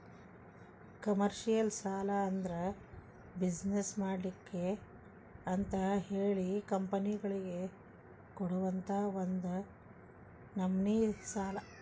commercial ಸಾಲಾ ಅಂದ್ರ business ಮಾಡ್ಲಿಕ್ಕೆ ಅಂತಹೇಳಿ ಕಂಪನಿಗಳಿಗೆ ಕೊಡುವಂತಾ ಒಂದ ನಮ್ನಿ ಸಾಲಾ